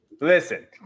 Listen